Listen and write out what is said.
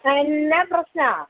न प्रश्नः